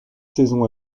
saisons